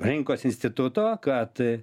rinkos instituto kad